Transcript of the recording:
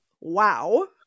Wow